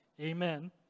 Amen